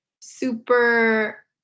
super